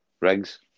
Rigs